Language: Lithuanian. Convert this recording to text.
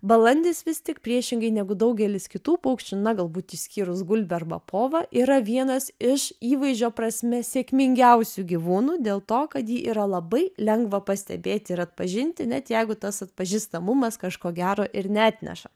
balandis vis tik priešingai negu daugelis kitų paukščių na galbūt išskyrus gulbę arba povą yra vienas iš įvaizdžio prasme sėkmingiausių gyvūnų dėl to kad jį yra labai lengva pastebėti ir atpažinti net jeigu tas atpažįstamumas kažko gero ir neatneša